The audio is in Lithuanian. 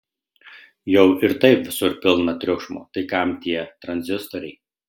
jau ir taip visur pilna triukšmo tai kam tie tranzistoriai